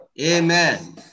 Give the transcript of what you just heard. Amen